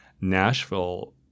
Nashville